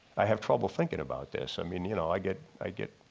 i have trouble thinking about this. i mean you know i get i get